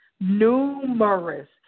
numerous